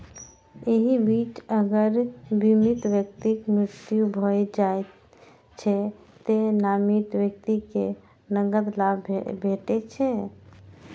एहि बीच अगर बीमित व्यक्तिक मृत्यु भए जाइ छै, तें नामित व्यक्ति कें नकद लाभ भेटै छै